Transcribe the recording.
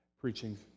preaching